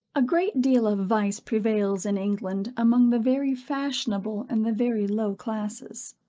a great deal of vice prevails in england, among the very fashionable, and the very low classes.